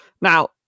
Now